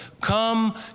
come